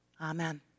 amen